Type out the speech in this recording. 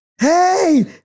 Hey